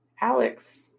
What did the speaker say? Alex